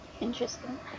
Interesting